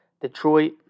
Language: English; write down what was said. Detroit